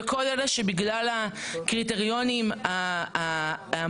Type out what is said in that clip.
וכל אלה שבגלל הקריטריונים המוחרגים,